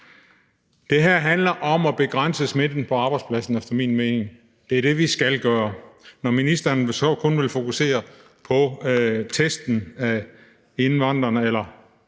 efter min mening om at begrænse smitten på arbejdspladsen. Det er det, vi skal gøre. Når ministeren så kun vil fokusere på testen af indrejsende